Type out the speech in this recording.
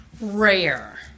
rare